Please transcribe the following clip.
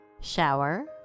shower